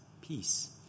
peace